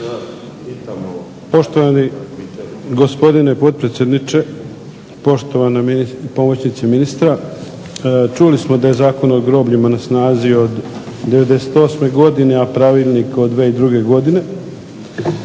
Poštovani gospodine potpredsjedniče, poštovana pomoćnice ministra. Čuli smo da je Zakon o grobljima na snazi od '98. godine, a Pravilnik od 2002. godine.